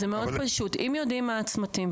וזה מאוד פשוט: אם יודעים מה הן הצמתים,